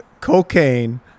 cocaine